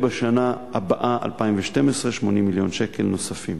בשנה הבאה, 2012, 80 מיליון שקל נוספים.